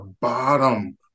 bottom